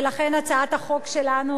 ולכן הצעת החוק שלנו,